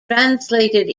translated